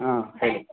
ಹಾಂ ಹೇಳಿ